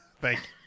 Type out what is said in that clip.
Thank